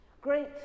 great